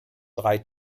drei